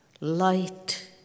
light